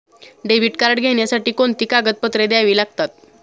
Debit card घेण्यासाठी कोणती कागदपत्रे द्यावी लागतात?